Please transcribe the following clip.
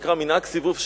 שנקרא מנהג סיבוב שערים,